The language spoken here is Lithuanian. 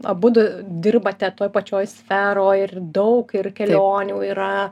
abudu dirbate toj pačioj sferoj ir daug ir kelionių yra